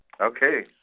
Okay